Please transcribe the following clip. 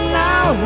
now